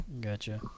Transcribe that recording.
gotcha